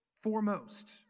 foremost